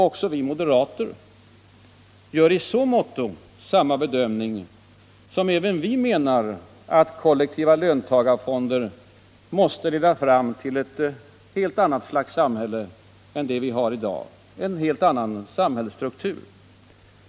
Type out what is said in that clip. Också moderater gör i så måtto samma bedömning, som att även vi menar att kollektiva löntagarfonder måste leda fram till ett helt annat samhälle än det vi har i dag, en helt annan samhällsstruktur.